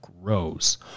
rose